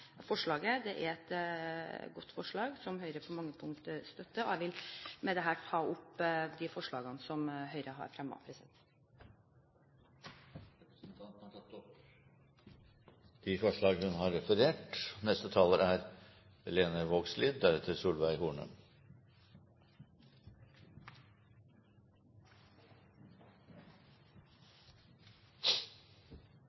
er et godt forslag, som Høyre på mange punkter støtter. Jeg vil med dette ta opp de forslagene som Høyre har fremmet sammen med andre. Representanten Linda C. Hofstad Helleland har tatt opp de forslagene hun